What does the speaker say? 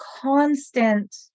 constant